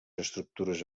estructures